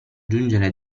giungere